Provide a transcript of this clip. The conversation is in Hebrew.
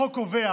החוק קובע